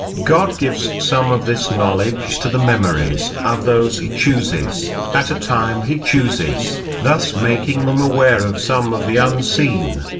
god gives some of this knowledge to the memories of those he chooses, at a time he chooses, thus making them aware of some of the unseen.